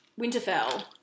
Winterfell